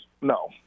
no